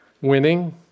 Winning